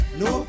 no